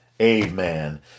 Amen